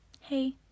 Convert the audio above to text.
hey